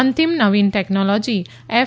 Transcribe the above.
અંતિમ નવીન technology F